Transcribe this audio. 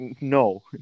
no